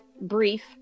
brief